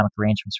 arrangements